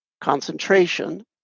concentration